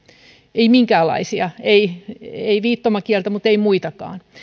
ei minkäänlaisia ei ei viittomakieltä mutta ei muitakaan